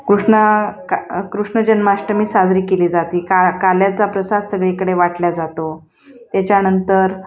कृष्ण का कृष्ण जन्माष्टमी साजरी केली जाती का काल्याचा प्रसाद सगळीकडे वाटल्या जातो त्याच्यानंतर